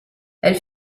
elle